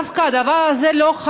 עברה בקריאה טרומית ועוברת לוועדת החוקה,